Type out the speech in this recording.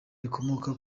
rikomoka